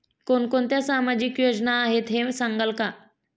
कोणकोणत्या सामाजिक योजना आहेत हे सांगाल का?